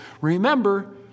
Remember